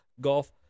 Golf